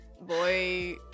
boy